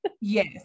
Yes